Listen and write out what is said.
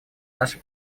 наше